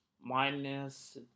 minus